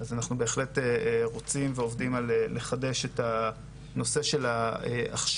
אז אנחנו בהחלט רוצים ועובדים על לחדש את הנושא של ההכשרות.